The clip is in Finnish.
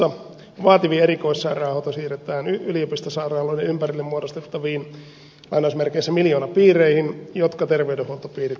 vaativin erikoissairaanhoito siirretään yliopistosairaaloiden ympärille muodostettaviin miljoonapiireihin jotka terveydenhuoltopiirit omistavat